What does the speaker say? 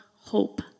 Hope